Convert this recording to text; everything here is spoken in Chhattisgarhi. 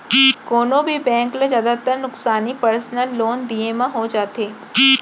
कोनों भी बेंक ल जादातर नुकसानी पर्सनल लोन दिये म हो जाथे